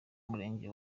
murenge